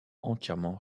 entièrement